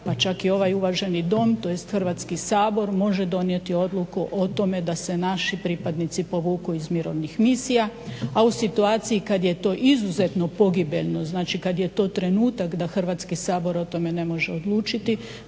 pa čak i ovaj uvaženi Domovinskog rata, tj. Hrvatski sabor može donijeti odluku o tome da se naši pripadnici povuku iz mirovnih misija, a u situaciji kad je to izuzetno pogibeljno, znači kad je to trenutak da Hrvatski sabor o tome ne može odlučiti,